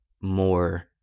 more